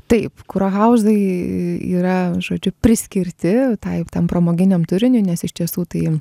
taip kurhauzai yra žodžiu priskirti tai tam pramoginiam turiniui nes iš tiesų tai